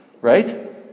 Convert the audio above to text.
right